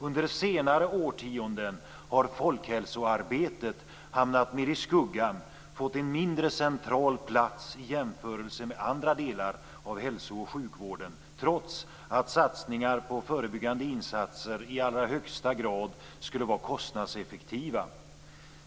Under senare årtionden har folkhälsoarbetet hamnat mer i skuggan, fått en mindre central plats i jämförelse med andra delar av hälsooch sjukvården, trots att satsningar på förebyggande insatser i allra högsta grad skulle vara kostnadseffektiva.